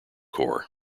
corps